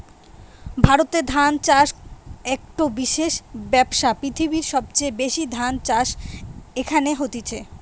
ভারতে ধান চাষ একটো বিশেষ ব্যবসা, পৃথিবীর সবচেয়ে বেশি ধান চাষ এখানে হতিছে